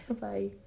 Bye